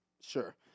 sure